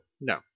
No